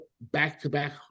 back-to-back